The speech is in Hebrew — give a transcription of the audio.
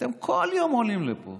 אתם כל יום עולים לפה